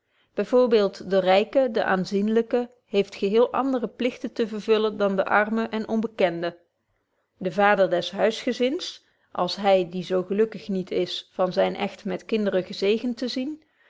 by voorbeeld de ryke de aanzienlyke heeft geheel andere plichten te vervullen dan de arme en onbekende de vader des huisgezins als hy die zo gelukkig niet is van zyn echt met kinderen gezegend te zien